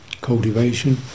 Cultivation